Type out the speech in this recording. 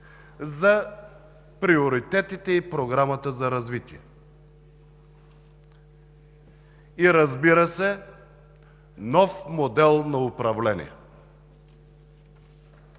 за приоритетите и Програмата за развитие. И, разбира се, нов модел на управление.